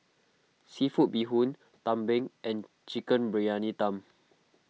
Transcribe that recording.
Seafood Bee Hoon Tumpeng and Chicken Briyani Dum